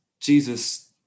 Jesus